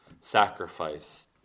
sacrifice